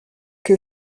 que